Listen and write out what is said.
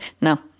No